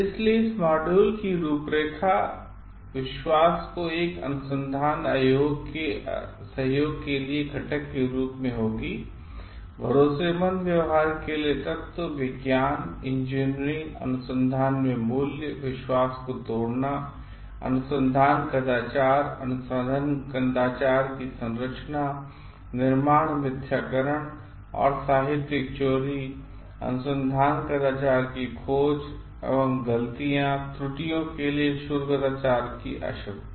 इसलिए इस मॉड्यूल की रूपरेखा विश्वास को एक अनुसंधान सहयोग के लिए घटक के रूप में होगीभरोसेमंदव्यवहार केलिए तत्व विज्ञान और इंजीनियरिंग अनुसंधान में मूल्य विश्वास को तोड़ना अनुसंधान कदाचार अनुसंधान कदाचार की संरचना निर्माण मिथ्याकरण और साहित्यिक चोरी अनुसंधान कदाचार की खोज एवं गलतियों और त्रुटियों के लिए शोध कदाचार की आवश्यकता